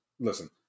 listen